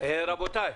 ברור לי, ברור לי.